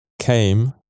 came